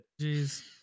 Jeez